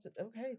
okay